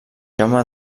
jaume